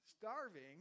starving